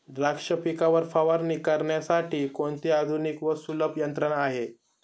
द्राक्ष पिकावर फवारणी करण्यासाठी कोणती आधुनिक व सुलभ यंत्रणा आहे?